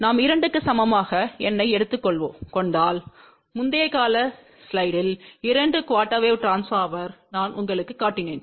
நாம் 2 க்கு சமமாக n ஐ எடுத்துக் கொண்டால் முந்தைய கால ஸ்லைடில் இரண்டு குஆர்டெர் வேவ் ட்ரான்ஸ்போர்மர் நான் உங்களுக்குக் காட்டினேன்